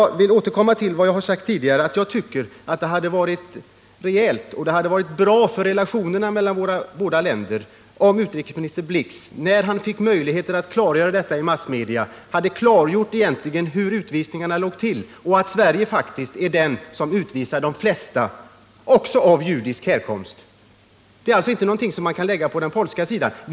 Som jag sagt tidigare tycker jag att det hade varit rejält och bra för relationerna mellan våra båda länder om utrikesminister Blix när han fick möjligheter härtill i massmedia hade klargjort hur det ligger till med utvisningarna och framhållit att Sverige faktiskt är det av de båda länderna som avvisar de flesta besökarna — även när det gäller besökare av judisk härkomst. Detta är alltså inte någonting som man bara kan skylla den polska regeringen för.